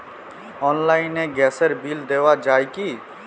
অনলাইনে গ্যাসের বিল দেওয়া যায় কি?